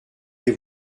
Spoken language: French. des